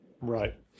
Right